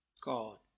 God